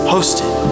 Hosted